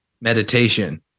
meditation